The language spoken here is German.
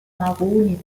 maroni